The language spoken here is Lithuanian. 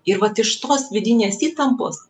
ir vat iš tos vidinės įtampos